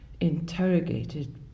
interrogated